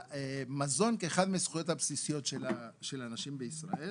מזון כאחת מהזכויות הבסיסיות של אנשים בישראל.